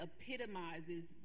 epitomizes